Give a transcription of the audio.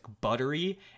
buttery